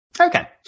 Okay